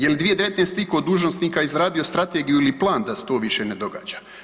Jel 2019. iko od dužnosnika izradio strategiju ili plan da se to više ne događa?